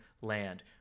land